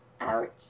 Ouch